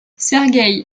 sergueï